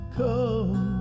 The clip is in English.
come